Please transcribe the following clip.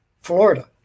Florida